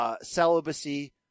celibacy